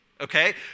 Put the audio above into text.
Okay